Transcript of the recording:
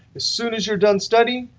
as soon as you're done studying,